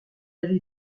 avait